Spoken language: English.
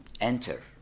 enter